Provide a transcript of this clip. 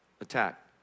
attack